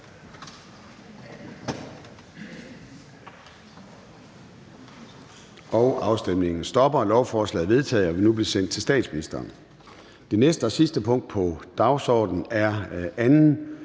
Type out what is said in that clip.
stemte 3 (NB)]. Lovforslaget er vedtaget og vil nu blive sendt til statsministeren. --- Det næste punkt på dagsordenen er: 4) 3.